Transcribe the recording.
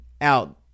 out